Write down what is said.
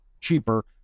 cheaper